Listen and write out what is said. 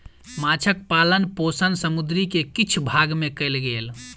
माँछक पालन पोषण समुद्र के किछ भाग में कयल गेल